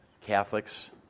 Catholics